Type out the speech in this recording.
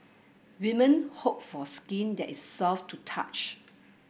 women hope for skin that is soft to touch